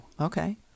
okay